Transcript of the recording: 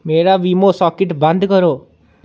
मेरा वीमो साकेट बंद करो